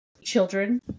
children